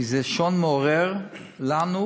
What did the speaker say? כי זה שעון מעורר לנו,